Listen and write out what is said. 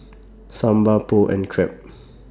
Sambar Pho and Crepe